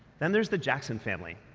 then, there's the jackson family.